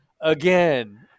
again